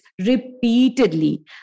repeatedly